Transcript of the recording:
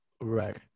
right